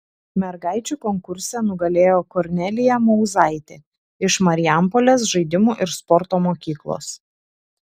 mergaičių konkurse nugalėjo kornelija mauzaitė iš marijampolės žaidimų ir sporto mokyklos